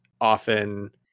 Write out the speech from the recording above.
often